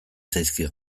zaizkio